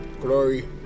glory